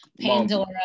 Pandora